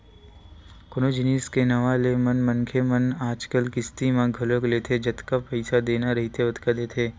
कोनो जिनिस के नवा ले म मनखे मन आजकल किस्ती म घलोक लेथे जतका पइसा देना रहिथे ओतका देथे